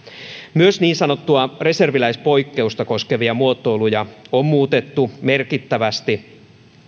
myös niin sanottua reserviläispoikkeusta koskevia muotoiluja on muutettu merkittävästi